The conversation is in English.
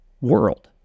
world